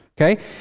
Okay